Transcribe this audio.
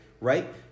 right